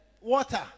water